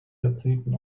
jahrzehnten